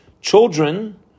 Children